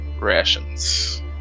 rations